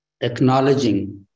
Acknowledging